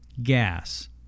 gas